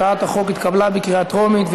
הצעת החוק התקבלה בקריאה טרומית,